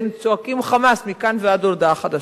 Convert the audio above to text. הייתם צועקים חמס מכאן ועד להודעה חדשה.